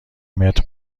متر